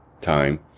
time